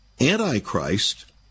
Antichrist